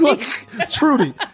Trudy